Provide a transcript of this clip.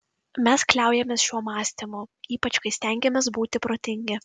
mes kliaujamės šiuo mąstymu ypač kai stengiamės būti protingi